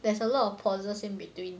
there's a lot of pauses in between